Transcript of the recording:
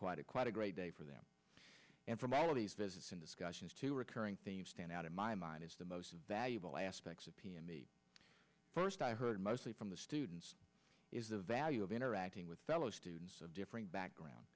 quite a quite a great day for them and from all of these business and discussions to a recurring theme stand out in my mind is the most valuable aspects of p and the first i heard mostly from the students is the value of interacting with fellow students of different background